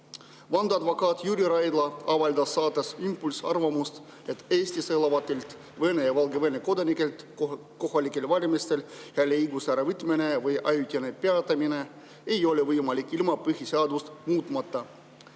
Vandeadvokaat Jüri Raidla avaldas saates "Impulss" arvamust, et Eestis elavatelt Vene ja Valgevene kodanikelt kohalikel valimistel hääleõiguse äravõtmine või ajutine peatamine ei ole võimalik ilma põhiseadust muutmata.